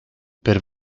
per